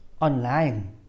Online